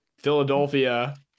Philadelphia